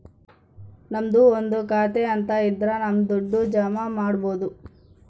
ನಮ್ದು ಒಂದು ಖಾತೆ ಅಂತ ಇದ್ರ ನಮ್ ದುಡ್ಡು ಜಮ ಮಾಡ್ಬೋದು